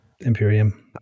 Imperium